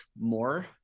more